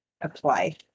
apply